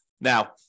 Now